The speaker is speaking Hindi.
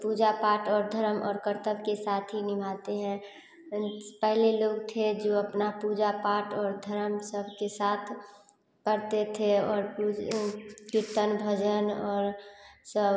पूजा पाठ और धरम और कर्तव्य के साथ ही निभाते हैं पहले लोग थे जो अपना पूजा पाठ और धरम सबके साथ करते थे और पूज कीर्तन भजन और सब